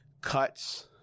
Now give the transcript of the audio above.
Cuts